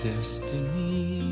destiny